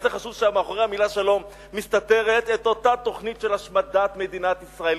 מה זה חשוב שמאחורי המלה שלום מסתתרת אותה תוכנית של השמדת מדינת ישראל?